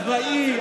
אחראי,